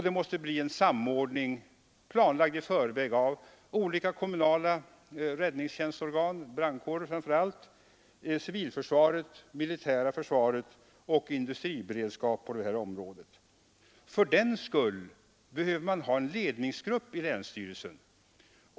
Det måste bli en samordning, planlagd i förväg med olika kommunala räddningstjänstorgan — med civilförsvaret, det militära försvaret och industriberedskap på det här området. För detta behöver man ha en ledningsgrupp i länsstyrelsen.